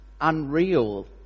unreal